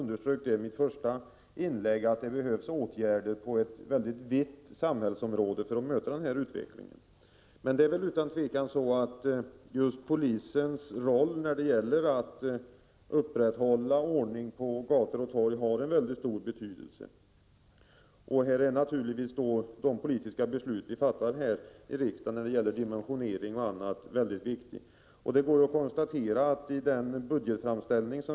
Jag betonade i mitt första inlägg att det behövs åtgärder på ett mycket vitt samhällsområde för att möta utvecklingen. Men polisen har utan tvivel en mycket stor roll när det gäller att upprätthålla ordningen på gator och torg. De politiska beslut som vi fattar här i riksdagen när det gäller dimensionering och annat är naturligtvis mycket viktiga i det sammanhanget.